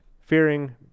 Fearing